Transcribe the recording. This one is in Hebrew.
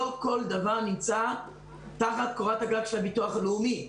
לא כל דבר נמצא תחת קורת הגג של הביטוח הלאומי.